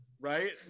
Right